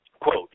Quote